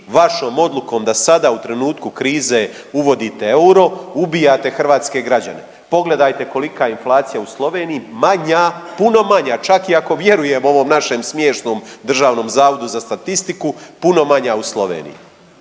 vašom odlukom da sada u trenutku krize uvodite euro ubijate hrvatske građane. Pogledajte kolika je inflacija u Sloveniji, manja, puno manja čak i ako vjerujem ovom našem smiješnom Državnom zavodu za statistiku, puno manja u Sloveniji.